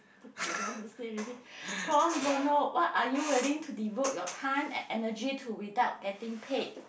quick they don't want to say anything pro bono what are you willing to devote your time and energy to without getting paid